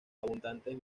abundantes